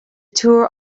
tour